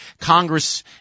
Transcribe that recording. Congress